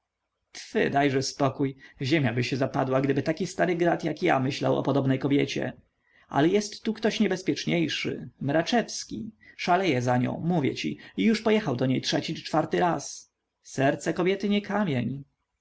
tfy dajże spokój ziemiaby się zapadła gdyby taki stary grat jak ja myślał o podobnej kobiecie ale jest tu ktoś niebezpieczniejszy mraczewski szaleje za nią mówię ci i już pojechał do niej trzeci czy czwarty raz serce kobiety nie kamień